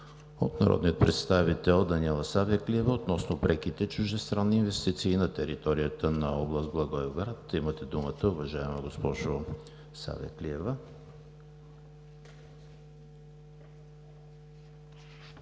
от народния представител Даниела Савеклиева относно преките чуждестранни инвестиции на територията на област Благоевград. Имате думата, уважаема госпожо Савеклиева.